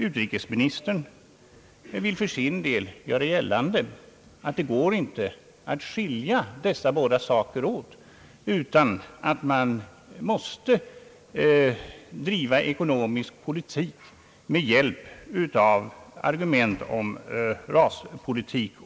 Utrikesministern vill för sin del göra gällande att det inte går att skilja båda dessa saker åt, utan att man måste inblanda i den ekonomiska politiken argument om raspolitik.